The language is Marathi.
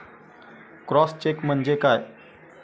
क्रॉस चेक म्हणजे काय?